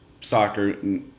soccer